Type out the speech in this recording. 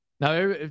Now